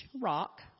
Rock